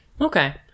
Okay